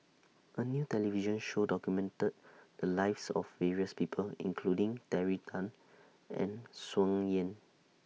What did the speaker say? A New television Show documented The Lives of various People including Terry Tan and Tsung Yeh